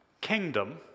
Kingdom